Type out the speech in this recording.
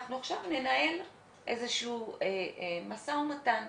'אנחנו עכשיו ננהל איזה שהוא משא ומתן.